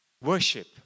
worship